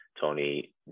Tony